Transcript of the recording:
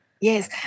Yes